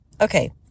Okay